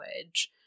language